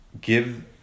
give